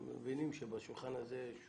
הם מבינים שבשולחן הזה,